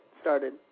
started